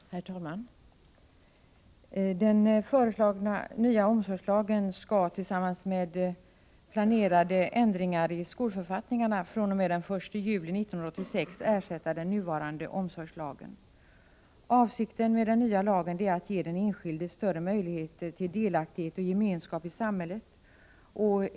Herr talman! Den föreslagna nya omsorgslagen skall tillsammans med planerade ändringar i skolförfattningarna fr.o.m. den 1 juli 1986 ersätta den nuvarande omsorgslagen. Avsikten med den nya lagen är att ge den enskilde större möjligheter till delaktighet och gemenskap i samhället.